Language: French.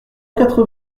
quatre